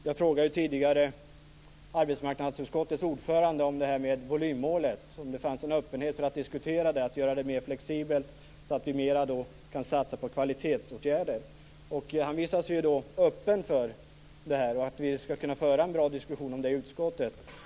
Jag frågade tidigare arbetsmarknadsutskottets ordförande om volymmålet, om det fanns en öppenhet för att diskutera detta och göra det mer flexibelt, så att vi kan satsa mera på kvalitetsåtgärder. Han visade sig vara öppen för att vi skall kunna föra en bra diskussion om det i utskottet.